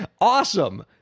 awesome